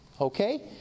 Okay